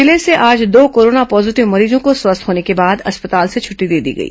जिले से आज दो कोरोना पॉजीटिव मरीजों को स्वस्थ होने के बाद अस्पताल से छुट्टी दे दी गई